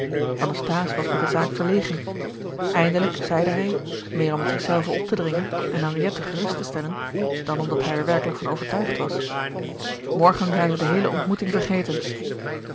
anasthase was met de zaak verlegen eindelijk zeide hij meer om het zich zelven op te dringen en henriette gerust te stellen dan omdat hij er werkelijk van overtuigd was morgen zijn zij de heele ontmoeting vergeten